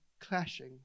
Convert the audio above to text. clashing